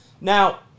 Now